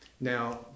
Now